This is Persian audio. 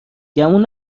گمون